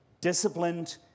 disciplined